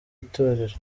itorero